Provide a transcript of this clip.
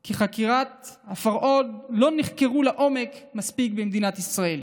כי פרעות הפרהוד לא נחקרו מספיק לעומק במדינת ישראל.